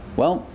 well.